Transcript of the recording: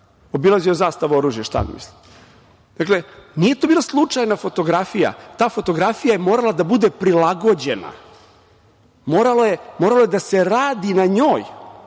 obilazio štand „Zastava oružje“. Dakle, nije to bila slučajna fotografija. Ta fotografija je morala da bude prilagođena, moralo je da se radi na njoj